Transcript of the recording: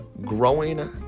growing